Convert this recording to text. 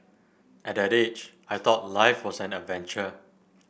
at that age I thought life was an adventure